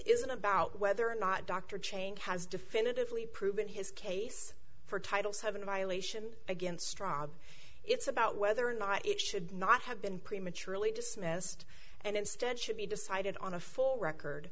isn't about whether or not dr change has definitively proven his case for title seven violation against straw it's about whether or not it should not have been prematurely dismissed and instead should be decided on a full record